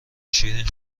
شیرین